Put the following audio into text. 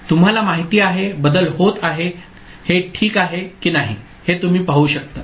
तुम्हाला माहिती आहे बदल होत आहेत हे ठीक आहे की नाही हे तुम्ही पाहू शकता